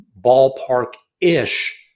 ballpark-ish